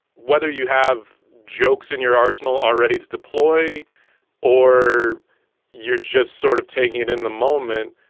whether you have jokes in your arsenal are ready to deploy or you're just sort of taking it in the moment,